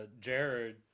Jared